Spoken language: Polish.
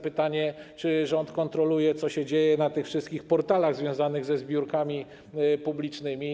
Pytanie, czy rząd kontroluje to, co dzieje się na wszystkich portalach związanych ze zbiórkami publicznymi.